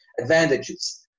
advantages